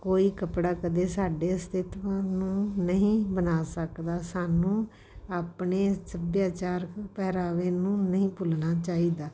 ਕੋਈ ਕੱਪੜਾ ਕਦੇ ਸਾਡੇ ਅਸਤਿਤਵ ਨੂੰ ਨਹੀਂ ਬਣਾ ਸਕਦਾ ਸਾਨੂੰ ਆਪਣੇ ਸੱਭਿਆਚਾਰਕ ਪਹਿਰਾਵੇ ਨੂੰ ਨਹੀਂ ਭੁੱਲਣਾ ਚਾਹੀਦਾ